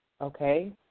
okay